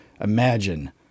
imagine